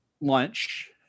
lunch